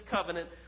covenant